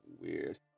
Weird